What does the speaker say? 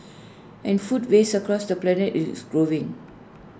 and food waste across the planet is growing